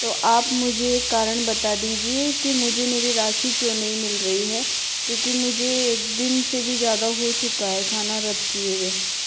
तो आप मुझे कारण बता दीजिए कि मुझे मेरी राशि क्यों नहीं मिल रही है क्योंकि मुझे एक दिन से भी ज़्यादा हो चुका है खाना रद्द किये हुए